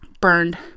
Burned